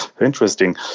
interesting